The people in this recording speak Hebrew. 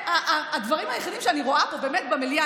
הדברים היחידים שאני רואה פה במליאה,